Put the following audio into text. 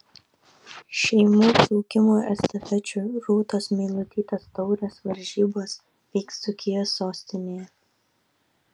šeimų plaukimo estafečių rūtos meilutytės taurės varžybos vyks dzūkijos sostinėje